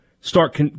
start